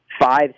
five